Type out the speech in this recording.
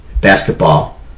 basketball